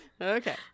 okay